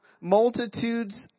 multitudes